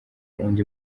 undi